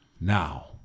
Now